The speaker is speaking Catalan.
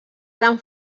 gran